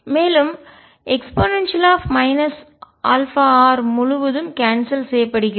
மேலும்e αr முழுவதும் கான்செல் செய்யப்படுகிறது